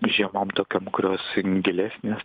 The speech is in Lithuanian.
žiemom tokiom kurios gilesnės